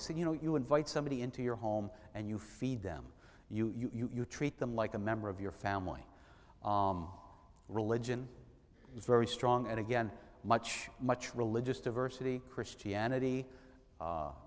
that you know you invite somebody into your home and you feed them you treat them like a member of your family religion is very strong and again much much religious diversity christianity